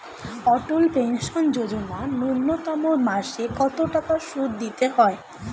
অটল pension Yojana ন্যূনতম মাসে কত টাকা সুধ দিতে হয়?